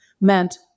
meant